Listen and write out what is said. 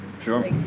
Sure